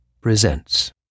presents